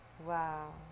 Wow